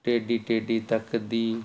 ਟੇਡੀ ਟੇਡੀ ਤੱਕਦੀ